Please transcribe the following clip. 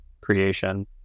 creation